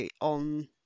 on